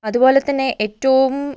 അതുപോലെ തന്നെ ഏറ്റവും